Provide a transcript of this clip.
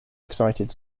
excited